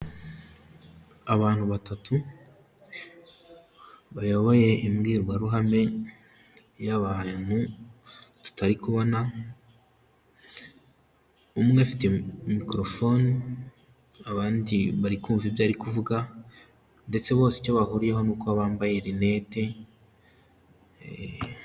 Abantu batatu bayoboye imbwirwaruhame y'abantu tutari kubona, umwe afite mikorofone, abandi bari kumva ibyo ari kuvuga ndetse bose icyo bahuriyeho n'uko bambaye linete.